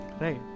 Right